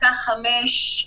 פסקה (5).